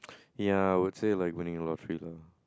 ya I would say like winning lottery lah